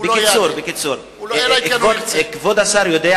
הוא לא יענה, אלא אם כן הוא ירצה.